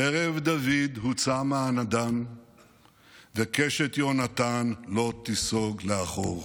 חרב דוד הוצאה מהנדן וקשת יהונתן לא תיסוג לאחור.